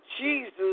Jesus